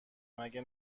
مگه